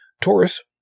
Taurus